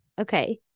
Okay